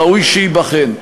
ראוי שייבחן.